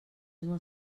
molt